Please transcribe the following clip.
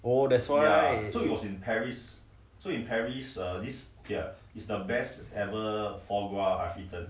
oh that's why s